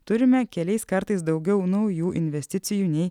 turime keliais kartais daugiau naujų investicijų nei